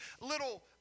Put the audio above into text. little